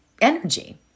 energy